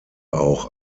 auch